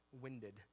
winded